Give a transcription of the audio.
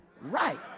right